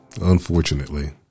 unfortunately